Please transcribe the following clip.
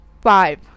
five